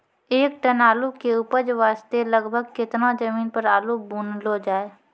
एक टन आलू के उपज वास्ते लगभग केतना जमीन पर आलू बुनलो जाय?